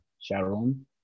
Sharon